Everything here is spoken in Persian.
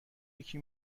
یکی